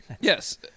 Yes